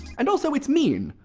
and also, it's mean.